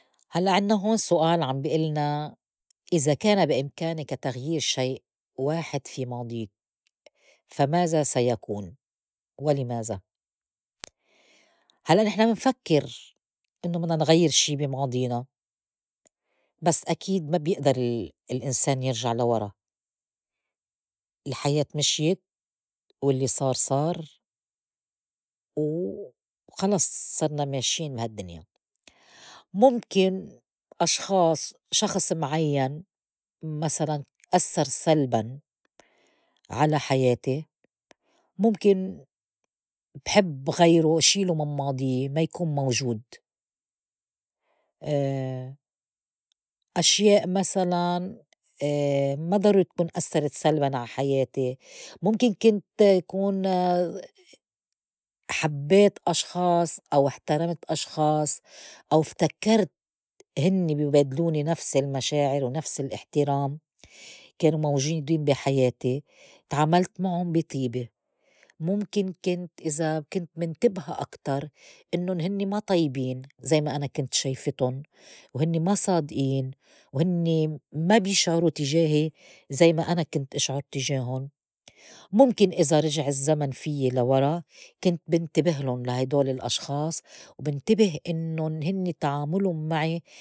هلّأ عنّا هون سؤال عم بي إلنا إذا كان بي إمكانك تغيير شيء واحد في ماضيك، فماذا سيكون؟ ولِماذا؟ هلّأ نحن منفكّر إنّو بدنا نغيّر شي بي ماضينا بس أكيد ما بيئدر ال- الإنسان يرجَع لورا الحياة مشيت واللّي صار صار وخلص صِرنا ماشيين من هالدّنيا. مُمكن أشخاص شخص معيّن مسلاً أسّر سلباً على حياتي مُمكن بحب غيرو شيلو من ماضيّة ما يكون موجود. أشياء مسلاً ما ضروري تكون أسّرت سلباً على حياتي مُمكن كنت كون حبّيت أشخاص أو احترمت أشخاص أو افتكرت هنّي بي بادلوني نفس المشاعر ونفس الإحترام كانوا موجودين بي حياتي تعاملت معُن بي طيبة مُمكن كنت إذا كنت منتبهة أكتر إنُّن هنن ما طيبين زي ما أنا كنت شايفتُن وهنّي ما صادئين وهنّي ما بيشعروا تجاهي زي ما أنا كنت إشعُر تِجاهُن، ممكن إذا رجع الزّمن فيي لورا كنت بنتبهلُن لا هيدول الأشخاص وبنتبه إنُّن هنّي تعاملُن معي.